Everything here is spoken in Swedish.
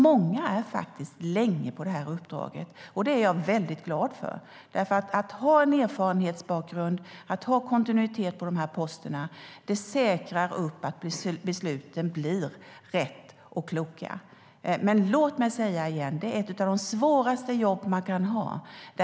Många stannar alltså länge i uppdraget, och det är jag glad för. Om det finns en erfarenhetsbakgrund och kontinuitet på de här posterna blir man mer säker på att besluten blir riktiga och kloka. Låt mig dock säga igen att detta är ett av de svåraste jobb man kan ha.